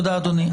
תודה אדוני.